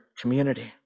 community